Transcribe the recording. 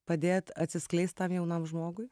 padėt atsiskleist tam jaunam žmogui